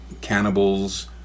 cannibals